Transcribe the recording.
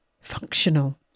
functional